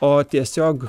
o tiesiog